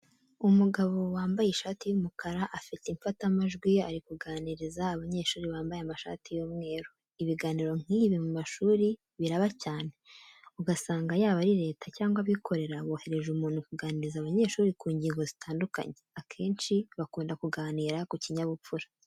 Umugabo wambaye ishati y'umukara afite imfatamajwi ari kuganiriza abanyeshuri bambaye amashati y'umweru. Ibiganiro nkibi mu mashuri biraba cyane ugasanga yaba ari reta cyangwa abikorera bohereje umuntu kuganiriza abanyeshuri ku ngingo zitandukanye, akenshi bakunda kuganira ku kinyabupfura.